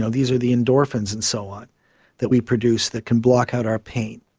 so these are the endorphins and so on that we produce that can block out our pain.